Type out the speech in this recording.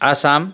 Assam